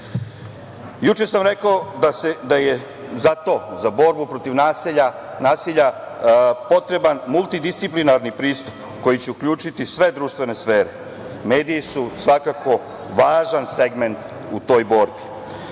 sam rekao da je za borbu protiv nasilja potreban multidisciplinarni pristup koji će uključiti sve društvene sfere. Mediji su svakako važan segment u toj borbi.